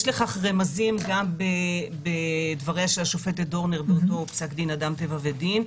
יש לכך רמזים גם בדבריה של השופטת דורנר באותו פסק דין אדם טבע ודין,